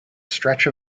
stretch